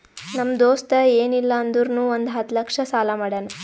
ನಮ್ ದೋಸ್ತ ಎನ್ ಇಲ್ಲ ಅಂದುರ್ನು ಒಂದ್ ಹತ್ತ ಲಕ್ಷ ಸಾಲಾ ಮಾಡ್ಯಾನ್